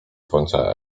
słońca